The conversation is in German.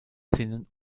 zinnen